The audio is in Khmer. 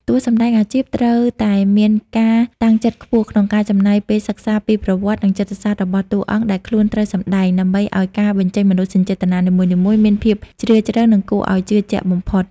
តួសម្ដែងអាជីពត្រូវតែមានការតាំងចិត្តខ្ពស់ក្នុងការចំណាយពេលសិក្សាពីប្រវត្តិ និងចិត្តសាស្ត្ររបស់តួអង្គដែលខ្លួនត្រូវសម្ដែង ដើម្បីឱ្យការបញ្ចេញមនោសញ្ចេតនានីមួយៗមានភាពជ្រាលជ្រៅ និងគួរឱ្យជឿជាក់បំផុត។